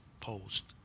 post